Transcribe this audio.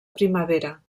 primavera